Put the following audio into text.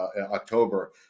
October